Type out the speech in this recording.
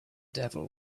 devil